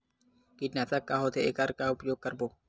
कीटनाशक का होथे एखर का उपयोग करबो?